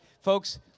Folks